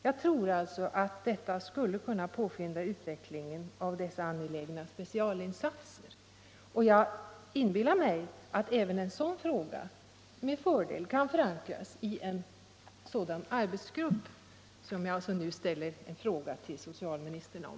Jag tror alltså att detta skulle kunna påskynda utvecklingen av dessa angelägna specialinsatser, och jag inbillar mig att även en sådan fråga med fördel kan förankras i en arbetsgrupp, som jag alltså nu ställer en fråga till socialministern om.